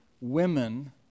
Women